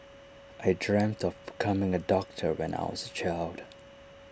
I dreamt of becoming A doctor when I was A child